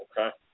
Okay